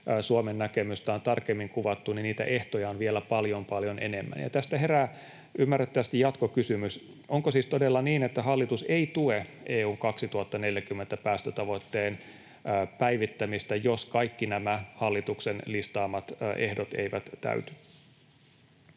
Suomen näkemystä on tarkemmin kuvattu, niin niitä ehtoja on vielä paljon, paljon enemmän. Ja tästä herää ymmärrettävästi jatkokysymys: onko siis todella niin, että hallitus ei tue EU:n 2040-päästötavoitteen päivittämistä, jos kaikki nämä hallituksen listaamat ehdot eivät täyty?